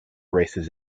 races